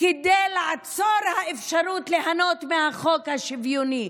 כדי לעצור את האפשרות ליהנות מהחוק השוויוני,